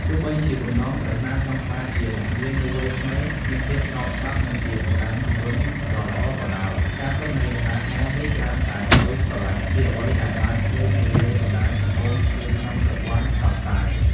ទោះបីជា បំណងប្រាថ្នាចង់ក្លាយជាអ្នកមាននៅវ័យក្មេងមានភាពស្របច្បាប់ និងជាកម្លាំងជំរុញដ៏ល្អក៏ដោយ ការពិតនៃដំណើរការនេះច្រើនតែផ្ទុយស្រឡះពីអ្វីដែលបានឃើញនៅលើបណ្តាញសង្គម ឬក្នុងប្រព័ន្ធផ្សព្វផ្សាយ។